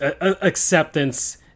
acceptance